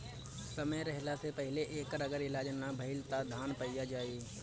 समय रहला से पहिले एकर अगर इलाज ना भईल त धान पइया जाई